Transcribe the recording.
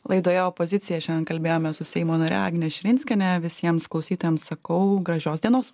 laidoje opozicija šiandien kalbėjome su seimo nare agne širinskiene visiems klausytojams sakau gražios dienos